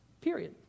period